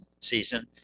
season